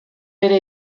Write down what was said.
bere